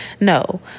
No